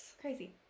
Crazy